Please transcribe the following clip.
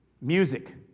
music